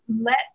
let